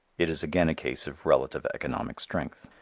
it is again a case of relative economic strength.